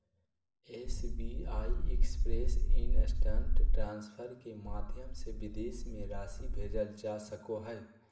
SBI express instant transfer के माध्यम से विदेश में राशि भेजल जा सको हइ